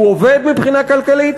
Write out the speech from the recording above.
הוא עובד מבחינה כלכלית,